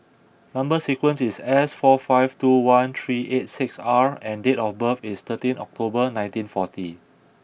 number sequence is S four five two one three eight six R and date of birth is thirteen October nineteen forty